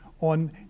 on